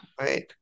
right